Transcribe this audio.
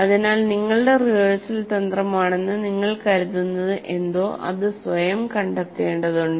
അതിനാൽ നിങ്ങളുടെ റിഹേഴ്സൽ തന്ത്രമാണെന്ന് നിങ്ങൾ കരുതുന്നത് എന്തോ അത് സ്വയം കണ്ടെത്തേണ്ടതുണ്ട്